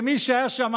ומי שהיה שם,